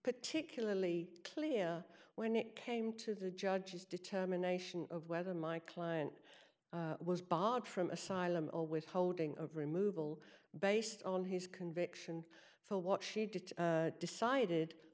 particularly clear when it came to the judge's determination of whether my client was barred from asylum a withholding of removal based on his conviction for what she did decided